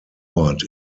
ort